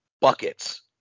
buckets